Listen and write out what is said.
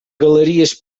galeries